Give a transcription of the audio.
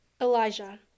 Elijah